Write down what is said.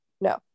No